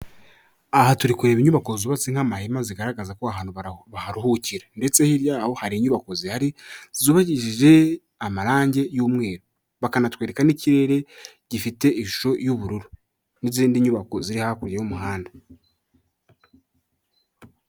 Aha turi kureba inyubako zubatse nk'amahema zigaragaza ko aha hantu baharuhukira, ndetse hirya yaho hari inyubako zihari zubakirije amarangi y'umweru, bakanatwereka n'ikirere gifite ishusho y'ubururu n'izindi nyubako ziri hakurya y'umuhanda.